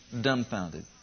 dumbfounded